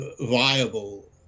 viable